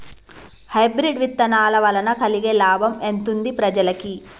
Hybrid విత్తనాల వలన కలిగే లాభం ఎంతుంది ప్రజలకి?